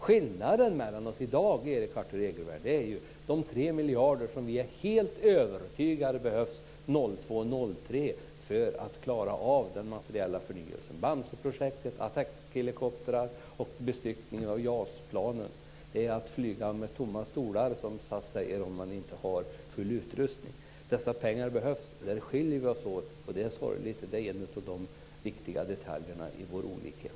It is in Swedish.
Skillnaden mellan oss i dag, Erik Arthur Egervärn, är de 3 miljarder som vi är helt övertygade behövs 2002-2003 för att klara av den materiella förnyelsen - Bamseprojektet, attackhelikoptrar och bestyckning av JAS-planen. Det är att flyga med tomma stolar, som SAS säger, om man inte har full utrustning. Dessa pengar behövs, och där skiljer vi oss åt. Det är sorgligt. Det är en av de viktiga detaljerna i vår olikhet.